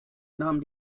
nahm